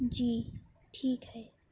جی ٹھیک ہے